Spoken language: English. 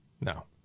No